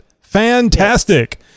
Fantastic